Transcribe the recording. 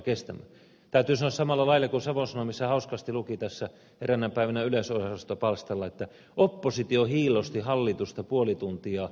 täytyy sanoa samalla lailla kuin savon sanomissa hauskasti luki tässä eräänä päivänä yleisönosastopalstalla että oppositio hiillosti hallitusta puoli tuntia sähkökatkoksista